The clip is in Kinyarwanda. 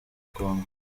kongo